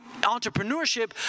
entrepreneurship